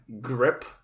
grip